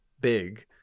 Big